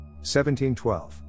1712